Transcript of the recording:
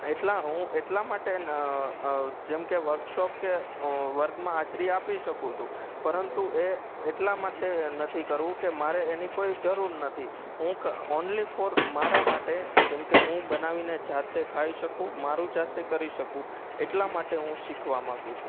એટલા હું એટલા માટે જેમકે વર્કશોપ કે વર્ગમાં હાજરી આપી શકું છું પરંતુ એ એટલા માટે નથી કરવું કે મારે એની કોઈ જરૂર નથી હું ઓન્લી ફોર મારા માટે જેમ કે હું બનાવીને જાતે ખાઈ શકું મારું જાતે કરી શકું એટલા માટે હું શીખવા માંગું છું